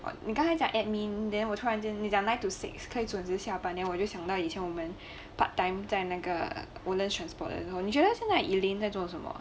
oh 你刚才讲 admin then 我突然间你讲 nine to six 可以准时下班 then 我就想到以前我们 part time 在那个 woodlands transport 的时候你觉得现在 elaine 在做什么